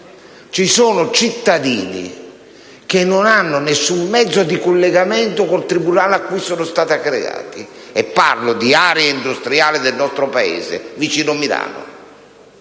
Ci sono cittadini che non hanno nessun mezzo di collegamento con il tribunale a cui sono stati aggregati, e parlo di aree industriali del nostro Paese vicino Milano.